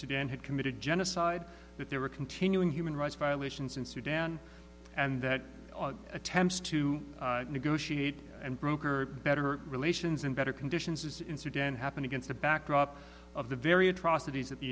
sudan had committed genocide that there were continuing human rights violations in sudan and that attempts to negotiate and broker better relations and better conditions in sudan happen against a backdrop of the very atrocities that the